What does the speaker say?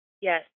Yes